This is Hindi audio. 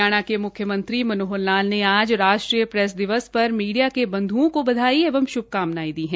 हरियाणा के म्ख्यमंत्री मनोहर लाल ने आज राष्ट्रीय प्रेस दिवस पर मीडिया के बंध्ओं को बधाई एवं श्भकामनाएं दी है